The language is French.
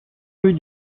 rue